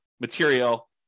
material